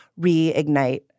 reignite